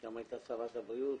שגם הייתה שרת הבריאות,